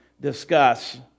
discuss